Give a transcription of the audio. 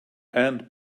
and